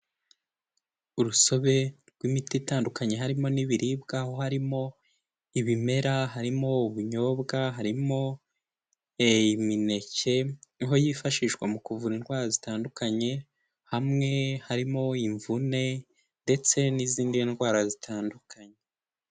Urusobe rw'imiti itandukanye harimo n'ibiribwa harimo ibimera harimo ubunyobwa harimo imineke aho yifashishwa mu kuvura indwara zitandukanye hamwe harimo imvune ndetse n'izindi ndwara zitandukanye.